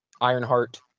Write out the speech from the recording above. Ironheart